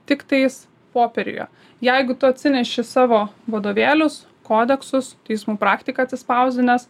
tiktais popieriuje jeigu tu atsineši savo vadovėlius kodeksus teismų praktiką atsispausdinęs